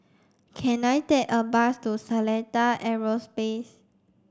can I take a bus to Seletar Aerospace